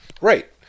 Right